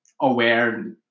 aware